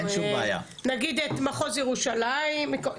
נגיד את מחוז ירושלים.